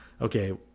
okay